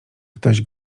ktoś